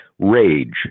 rage